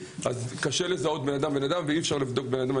אז קשה לזהות ואי אפשר לבדוק כל אדם.